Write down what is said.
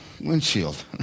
windshield